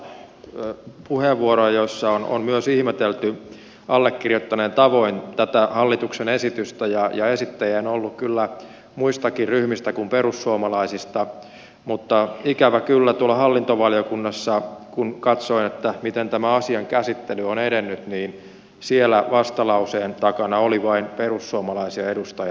tässä on tullut useita puheenvuoroja joissa on myös ihmetelty allekirjoittaneen tavoin tätä hallituksen esitystä ja esittäjiä on ollut kyllä muistakin ryhmistä kuin perussuomalaisista mutta ikävä kyllä kun tuolla hallintovaliokunnassa katsoin miten tämän asian käsittely on edennyt niin siellä vastalauseen takana oli vain perussuomalaisia edustajia jälleen kerran